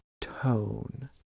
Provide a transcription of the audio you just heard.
tone